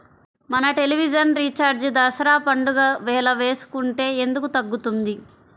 మన television recharge Dasara పండగ వేళ వేసుకుంటే ఎందుకు తగ్గుతుంది?